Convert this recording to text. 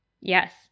Yes